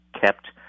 kept